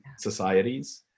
societies